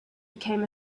became